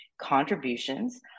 contributions